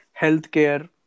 healthcare